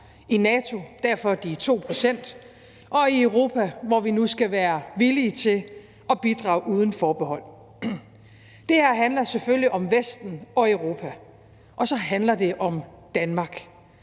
i NATO – derfor de 2 pct. – og i Europa, hvor vi nu skal være villige til at bidrage uden forbehold. Det her handler selvfølgelig om Vesten og Europa, og så handler det om Danmark,